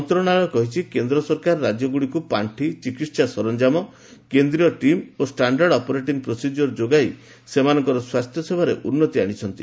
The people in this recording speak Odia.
ମନ୍ତ୍ରଣାଳୟ କହିଛି କେନ୍ଦ୍ର ସରକାର ରାଜ୍ୟଗୁଡ଼ିକୁ ପାର୍ଷି ଚିକିତ୍ସା ସରଞ୍ଜାମ କେନ୍ଦ୍ରୀୟ ଟିମ୍ ଓ ଷ୍ଟାଣ୍ଡାର୍ଡ ଅପରେଟିଙ୍ଗ୍ ପ୍ରୋସିକିଓର ଯୋଗାଇ ସେମାନଙ୍କର ସ୍ୱାସ୍ଥ୍ୟସେବାରେ ଉନ୍ନତି ଆଶିଛନ୍ତି